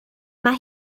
mae